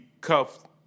cuffed